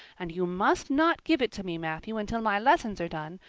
and you must not give it to me, matthew, until my lessons are done,